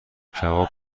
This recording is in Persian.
کباب